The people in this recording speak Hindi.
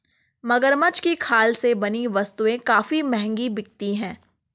मगरमच्छ की खाल से बनी वस्तुएं काफी महंगी बिकती हैं